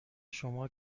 شما